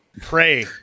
pray